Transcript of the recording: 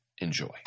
Enjoy